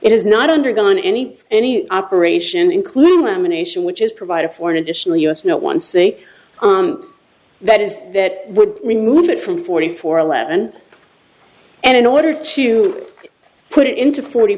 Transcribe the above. is not undergone any any operation including lamination which is provided for an additional us no one say that is that would remove it from forty four eleven and in order to put it into forty